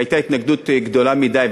והייתה התנגדות גדולה מדי,